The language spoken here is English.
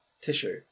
tissue